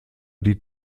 die